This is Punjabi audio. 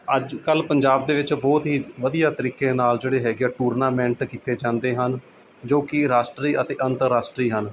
ਅੱਜ ਕੱਲ੍ਹ ਪੰਜਾਬ ਦੇ ਵਿੱਚ ਬਹੁਤ ਹੀ ਵਧੀਆ ਤਰੀਕੇ ਨਾਲ਼ ਜਿਹੜੇ ਹੈਗੇ ਆ ਟੂਰਨਾਮੈਂਟ ਕੀਤੇ ਜਾਂਦੇ ਹਨ ਜੋ ਕਿ ਰਾਸ਼ਟਰੀ ਅਤੇ ਅੰਤਰਰਾਸ਼ਟਰੀ ਹਨ